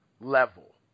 level